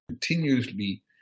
continuously